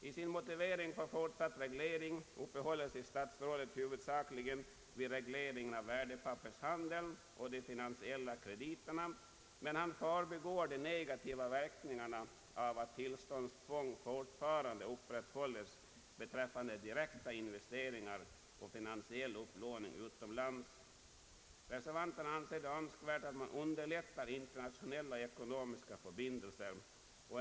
I sin motivering för fortsatt reglering uppehåller sig statsrådet huvudsakligen vid regleringen av värdepappershandeln och de finansiella krediterna, men han förbigår de negativa verkningarna av att tillståndstvång fortfarande upprätthålles beträffande direkta investeringar och finansiell upplåning utomlands. Reservanterna anser det önskvärt att man underlättar internationella ekonomiska förbindelser.